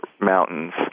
mountains